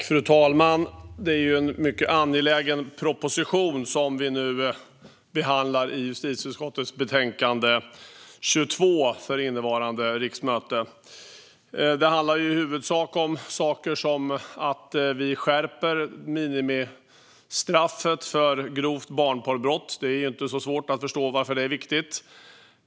Fru talman! Det är en mycket angelägen proposition som vi behandlar i justitieutskottets betänkande 22 innevarande riksmöte. Det handlar i huvudsak om saker som att vi skärper minimistraffet för grovt barnporrbrott. Det är inte så svårt att förstå varför det är viktigt.